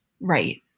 Right